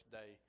day